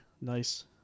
Nice